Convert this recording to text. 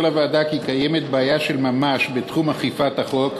לה כי יש בעיה של ממש בתחום אכיפת החוק,